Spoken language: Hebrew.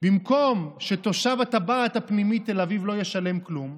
במקום שתושב הטבעת הפנימית בתל אביב לא ישלם כלום,